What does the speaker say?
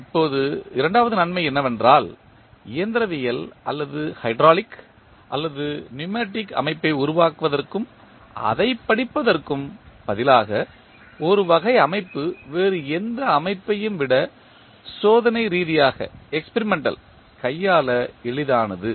இப்போது இரண்டாவது நன்மை என்னவென்றால் இயந்திரவியல் அல்லது ஹைட்ராலிக் அல்லது நியூமேடிக் அமைப்பை உருவாக்குவதற்கும் அதை படிப்பதற்கும் பதிலாக ஒரு வகை அமைப்பு வேறு எந்த அமைப்பையும் விட சோதனை ரீதியாக கையாள எளிதானது